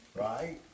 Right